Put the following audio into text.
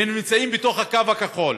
והם נמצאים בקו הכחול.